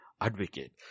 advocate